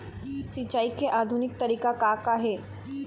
सिचाई के आधुनिक तरीका का का हे?